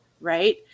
right